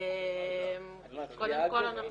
את מצביעה על זה?